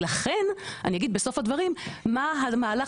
ולכן אני אגיד בסוף הדברים מה המהלך